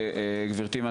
גברתי,